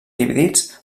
dividits